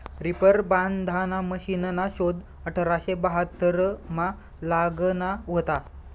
reaper बांधाना मशिनना शोध अठराशे बहात्तरमा लागना व्हता